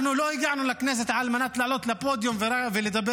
אנחנו לא הגענו לכנסת על מנת לעלות לפודיום ולדבר,